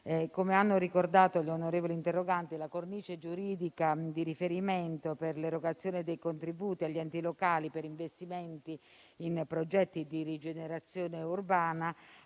come hanno ricordato gli onorevoli interroganti, la cornice giuridica di riferimento per l'erogazione dei contributi agli enti locali per investimenti in progetti di rigenerazione urbana